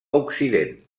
occident